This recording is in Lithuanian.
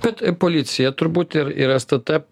bet policija turbūt ir ir stt